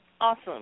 Awesome